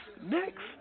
next